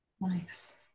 Nice